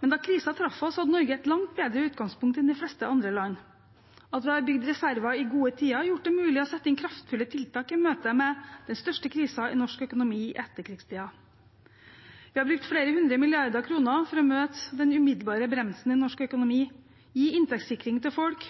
Men da krisen traff oss, hadde Norge et langt bedre utgangspunkt enn de fleste andre land. At vi har bygd reserver i gode tider, har gjort det mulig å sette inn kraftfulle tiltak i møte med den største krisen i norsk økonomi i etterkrigstiden. Vi har brukt flere hundre milliarder kroner for å møte den umiddelbare bremsen i norsk økonomi, gi inntektssikring til folk,